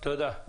תודה.